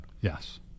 Yes